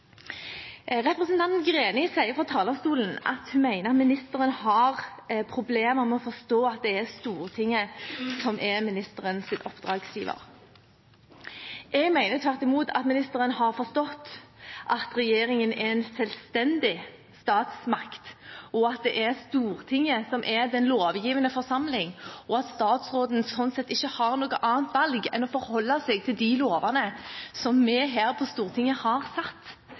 Representanten Greni sier fra talerstolen at hun mener ministeren har problemer med å forstå at det er Stortinget som er ministerens oppdragsgiver. Jeg mener tvert imot at ministeren har forstått at regjeringen er en selvstendig statsmakt, og at det er Stortinget som er den lovgivende forsamling, og at statsråden sånn sett ikke har noe annet valg enn å forholde seg til de lovene som vi her på Stortinget har satt.